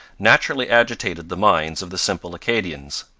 naturally agitated the minds of the simple acadians.